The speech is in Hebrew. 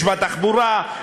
יש בתחבורה,